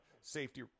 safety